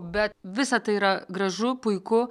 bet visa tai yra gražu puiku